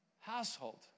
household